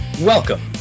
Welcome